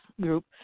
group